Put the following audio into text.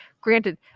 granted